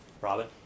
Robin